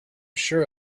sure